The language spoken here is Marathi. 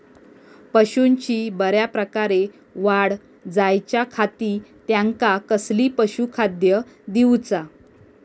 पशूंची बऱ्या प्रकारे वाढ जायच्या खाती त्यांका कसला पशुखाद्य दिऊचा?